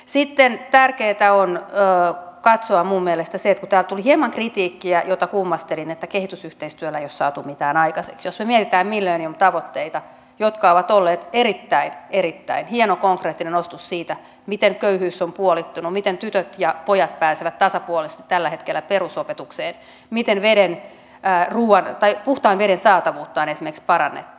sitten minun mielestäni tärkeätä on katsoa se kun täältä tuli hieman kritiikkiä jota kummastelin että kehitysyhteistyöllä ei ole saatu mitään aikaiseksi että jos me mietimme millennium tavoitteita ne ovat olleet erittäin erittäin hieno konkreettinen osoitus siitä miten köyhyys on puolittunut miten tytöt ja pojat pääsevät tasapuolisesti tällä hetkellä perusopetukseen miten puhtaan veden saatavuutta on esimerkiksi parannettu